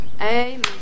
Amen